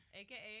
aka